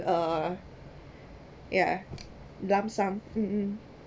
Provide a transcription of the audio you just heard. uh yeah lump sum mm